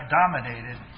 dominated